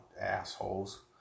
assholes